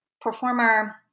performer